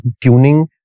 tuning